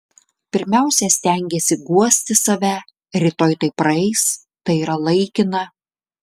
pirmiausia stengiesi guosti save rytoj tai praeis tai yra laikina